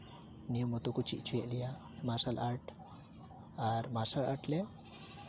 ᱱᱤᱭᱟᱹ ᱢᱟᱛᱚ ᱠᱚ ᱪᱮᱫ ᱦᱚᱪᱚᱭᱮᱜ ᱞᱮᱭᱟ ᱢᱟᱨᱥᱟᱞ ᱟᱨᱴ ᱟᱨ ᱢᱟᱨᱥᱟᱞ ᱟᱨᱴ ᱞᱮ